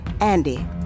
Andy